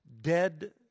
dead